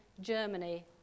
Germany